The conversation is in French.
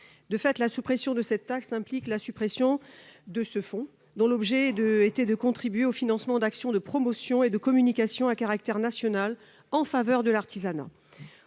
De fait, la suppression de cette taxe implique la suppression de ce fonds, dont l'objet était de contribuer au financement d'actions de promotion et de communication à caractère national en faveur de l'artisanat.